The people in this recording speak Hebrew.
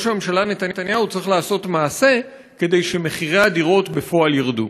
ראש הממשלה נתניהו צריך לעשות מעשה כדי שמחירי הדירות בפועל ירדו.